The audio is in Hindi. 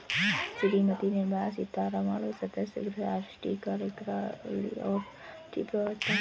श्रीमती निर्मला सीतारमण सदस्य, राष्ट्रीय कार्यकारिणी और राष्ट्रीय प्रवक्ता हैं